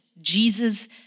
Jesus